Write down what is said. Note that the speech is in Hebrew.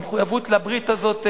המחויבות לברית הזאת,